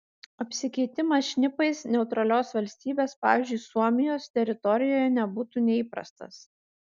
apsikeitimas šnipais neutralios valstybės pavyzdžiui suomijos teritorijoje nebūtų neįprastas